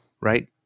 Right